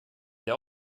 der